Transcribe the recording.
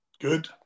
Good